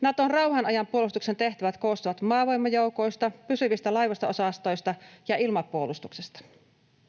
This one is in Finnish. Naton rauhanajan puolustuksen tehtävät koostuvat maavoimajoukoista, pysyvistä laivasto-osastoista ja ilmapuolustuksesta.